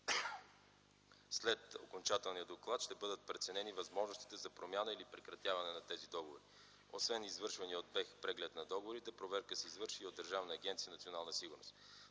След окончателния доклад ще бъдат преценени възможностите за промяна или прекратяване на тези договори. Освен извършвания от Българския енергиен холдинг преглед на договорите, проверка се извърши и от Държавна агенция „Национална сигурност”.